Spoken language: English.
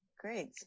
Great